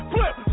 Flip